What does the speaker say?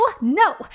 no